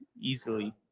easily